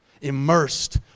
immersed